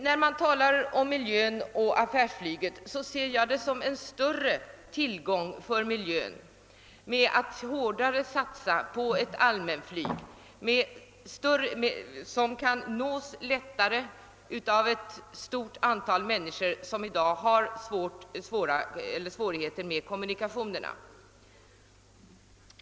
När man talar om miljön och affärsflyget ser jag det som en större tillgång för miljön att hårdare satsa på ett allmänflyg som kan nås lättare av ett stort antal människor som i dag har svårigheter med kommunikationerna.